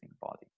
body